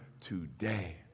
today